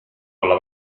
olla